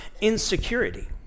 insecurity